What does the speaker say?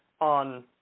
on